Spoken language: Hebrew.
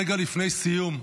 רגע לפני סיום,